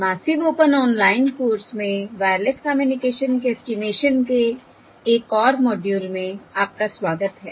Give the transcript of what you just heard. massive open online course में wireless communication के estimation के एक और मॉड्यूल में आपका स्वागत है